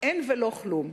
אין ולא כלום?